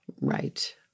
Right